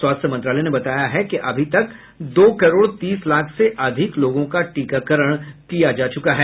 स्वास्थ्य मंत्रालय ने बताया है कि अभी तक दो करोड तीस लाख से अधिक लोगों का टीकाकरण किया जा चुका है